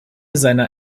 seiner